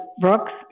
Brooks